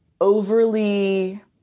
overly